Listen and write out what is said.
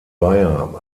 beyer